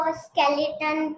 skeleton